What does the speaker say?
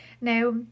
now